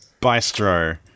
bistro